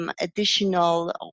Additional